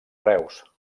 reus